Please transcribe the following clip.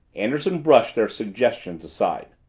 anderson brushed their suggestions aside.